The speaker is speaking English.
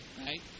Right